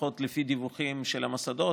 לפחות לפי דיווחים של המוסדות,